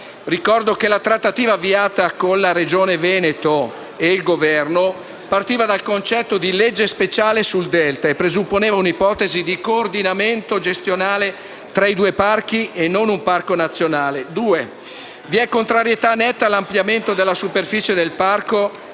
Ricordo che la trattativa avviata con la Regione Veneto e il Governo partiva dal concetto di legge speciale sul Delta e presupponeva un’ipotesi di coordinamento gestionale tra i due parchi e non un parco nazionale. Vi è contrarietà netta all’ampliamento della superficie del parco